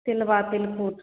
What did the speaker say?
तिलबा तिलकुट